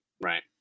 right